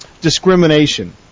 discrimination